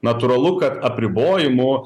natūralu kad apribojimų